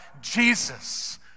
Jesus